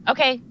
Okay